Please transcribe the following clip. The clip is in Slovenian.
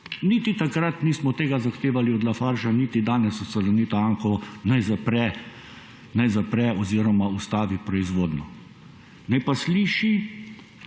niti takrat nismo tega zahtevali od Lafarga niti danes od Salonita Anhovo, naj zapre oziroma ustavi proizvodnjo. Naj pa sliši